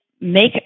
make